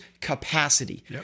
capacity